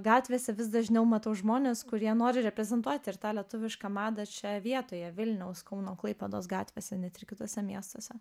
gatvėse vis dažniau matau žmonės kurie nori reprezentuot ir tą lietuvišką madą čia vietoje vilniaus kauno klaipėdos gatvėse net ir kituose miestuose